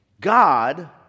God